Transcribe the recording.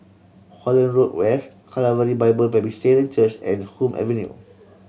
Holland Road West Calvary Bible Presbyterian Church and Hume Avenue